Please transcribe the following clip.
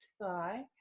thigh